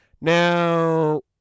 Now